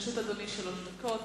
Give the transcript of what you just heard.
לרשות אדוני שלוש דקות.